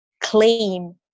claim